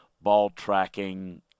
ball-tracking